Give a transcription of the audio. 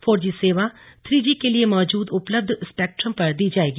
four G सेवा three G के लिए मौजूद उपलब्ध स्पेक्ट्रम पर दी जाएगी